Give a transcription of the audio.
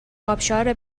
ابشار